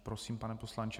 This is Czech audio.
Prosím, pane poslanče.